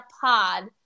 pod